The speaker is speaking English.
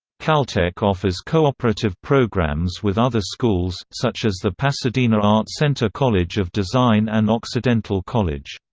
caltech offers co-operative programs with other schools, such as the pasadena art center college of design and occidental college.